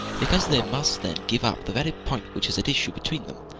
because they must then give up the very point which is at issue between them.